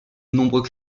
nombreux